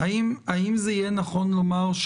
האם זה יהיה נכון לומר,